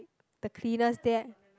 the cleaners there